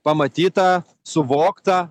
pamatyta suvokta